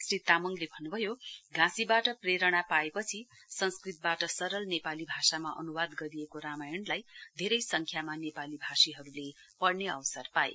श्री तामङले भन्नुभयो घाँसीबाट प्रेरणा पाएपछि संस्कृतबाट सरल नेपाली भाषामा अनुवाद गरिएको रामायणलाई धेरै संख्यामा नेपाली भाषीहरूले पढ़न अवसर पाए